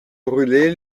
brulé